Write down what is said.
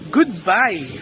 Goodbye